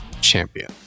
champion